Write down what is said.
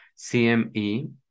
CME